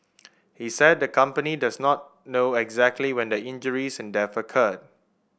he said the company does not know exactly when the injuries and death occurred